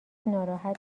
ناراحت